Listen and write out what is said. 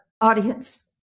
audience